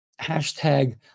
hashtag